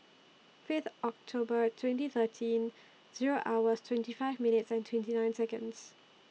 Fifth October twenty thirteen Zero hours twenty five minutes and twenty nine Seconds